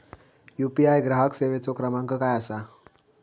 UPI ग्राहक सेवेचो क्रमांक काय असा?